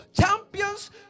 champions